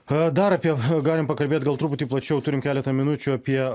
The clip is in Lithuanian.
dar apie galim pakalbėt gal truputį plačiau turim keletą minučių apie